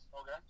okay